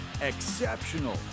Exceptional